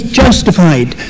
justified